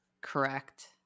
Correct